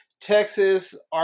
Texas